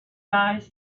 eyes